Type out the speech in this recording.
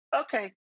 okay